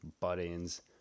buttons